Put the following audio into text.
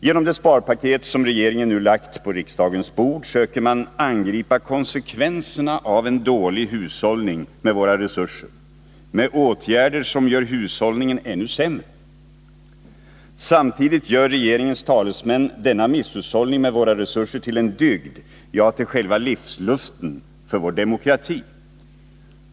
Genom det sparpaket som regeringen nu lagt på riksdagens bord söker man angripa konsekvenserna av en dålig hushållning med våra resurser med åtgärder som gör hushållningen ännu sämre. Samtidigt gör regeringens talesmän denna misshushållning med våra resurser till en dygd, ja, till själva livsluften för vår demokrati.